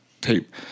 tape